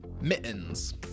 Mittens